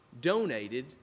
donated